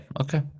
okay